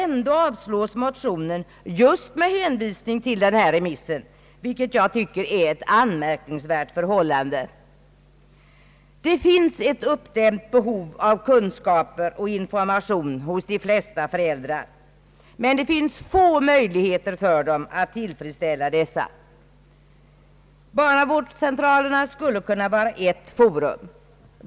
Ändock avslås motionen just med hänvisning till detta remissutlåtande, vilket jag anser vara ett anmärkningsvärt förhållande. Det finns ett uppdämt behov av kunskaper och information hos de flesta föräldrar men få möjligheter att tillfredsställa dessa. Barnavårdscentralerna skulle kunna vara ett forum.